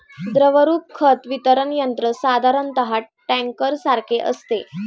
द्रवरूप खत वितरण यंत्र साधारणतः टँकरसारखे असते